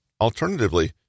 Alternatively